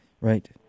Right